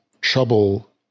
trouble